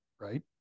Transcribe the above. right